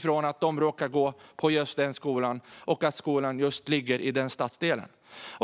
för den som råkar gå på en viss skola som råkar ligga i en viss stadsdel.